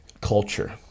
culture